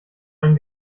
ein